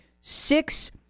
six